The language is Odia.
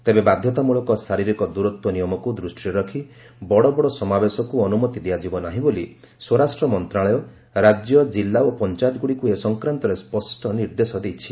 ତେବେ ବାଧ୍ୟତାମୂଳକ ଶାରୀରିକ ଦୂରତ୍ୱ ନିୟମକୁ ଦୂଷ୍ଟିରେ ରଖି ବଡ଼ ବଡ଼ ସମାବେଶକୁ ଅନୁମତି ଦିଆଯିବ ନାହିଁ ବୋଲି ସ୍ୱରାଷ୍ଟ୍ର ମନ୍ତ୍ରଶାଳୟ ରାଜ୍ୟ କିଲ୍ଲା ଓ ପଞ୍ଚାୟତଗୁଡ଼ିକୁ ଏ ସଂକ୍ରାନ୍ତରେ ସ୍ୱଷ୍ଟ ନିର୍ଦ୍ଦେଶ ଦେଇଛି